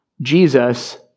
Jesus